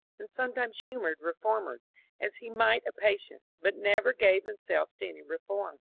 and sometimes humoured reformers as he might a patient, but never gave himself to any reform.